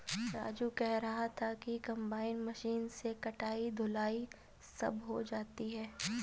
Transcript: राजू कह रहा था कि कंबाइन मशीन से कटाई धुलाई सब हो जाती है